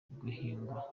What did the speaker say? guhingwa